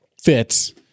fits